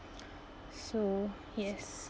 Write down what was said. so yes